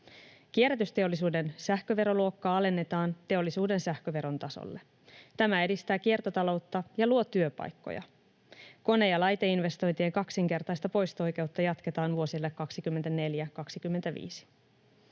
Kierrätysteollisuuden sähköveroluokkaa alennetaan teollisuuden sähköveron tasolle. Tämä edistää kiertotaloutta ja luo työpaikkoja. Kone‑ ja laiteinvestointien kaksinkertaista poisto-oikeutta jatketaan vuosille 24 ja 25.